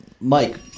Mike